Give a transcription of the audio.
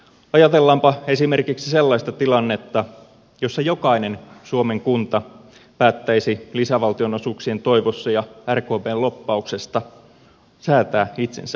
ajatellaanpa esimerkiksi sellaista tilannetta jossa jokainen suomen kunta päättäisi lisävaltionosuuksien toivossa ja rkpn lobbauksesta säätää itsensä kaksikieliseksi